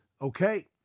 Okay